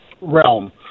realm